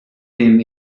him